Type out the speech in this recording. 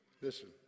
Listen